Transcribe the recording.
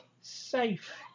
safe